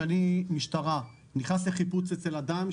כשאני כמשטרה נכנס לחיפוש אצל אדם,